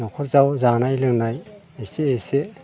न'खराव जानाय लोंनाय एसे एसे